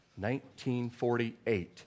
1948